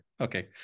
Okay